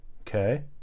Okay